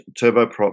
turboprop